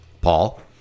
Paul